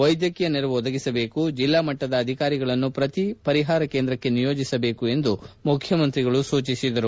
ವೈದ್ಯಕೀಯ ನೆರವು ಒದಗಿಸಬೇಕು ಜಿಲ್ಲಾ ಮಟ್ಟದ ಅಧಿಕಾರಿಗಳನ್ನು ಪ್ರತಿ ಪರಿಪಾರ ಕೇಂದ್ರಕ್ಕೆ ನಿಯೋಜಿಸಬೇಕು ಎಂದು ಮುಖ್ಯಮಂತ್ರಿ ಸೂಚಿಸಿದರು